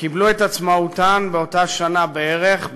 קיבלו את עצמאותם באותה שנה בערך,